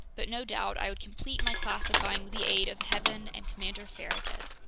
but no doubt i would complete my classifying with the aid of heaven and commander farragut.